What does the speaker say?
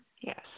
yes